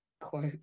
quote